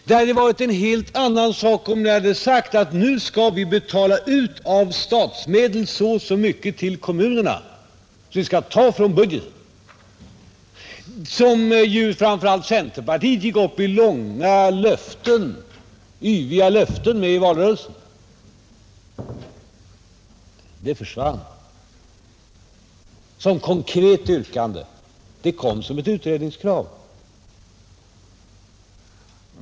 Det hade varit en helt annan sak om ni hade sagt: ”Nu skall vi betala ut av statsmedel så och så mycket till kommunerna, som vi skall ta från budgeten.” Det var ju detta som framför allt centerpartiet i valrörelsen gick fram med i yviga löften. Men det försvann som konkret yrkande och kom tillbaka som ett utredningskrav.